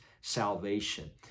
salvation